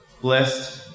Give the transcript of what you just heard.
Blessed